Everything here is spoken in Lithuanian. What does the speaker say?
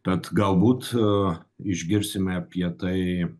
tad galbūt išgirsime apie tai